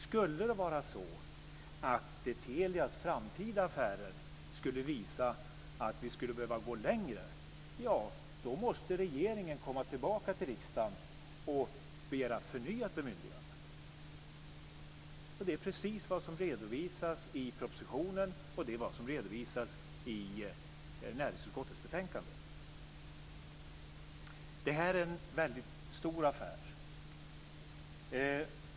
Skulle det vara så att Telias framtida affärer skulle visa att vi behöver gå längre då måste regeringen komma tillbaka till riksdagen och begära ett förnyat bemyndigande. Det är precis vad som redovisas i propositionen och i näringsutskottets betänkande. Det här är en väldigt stor affär.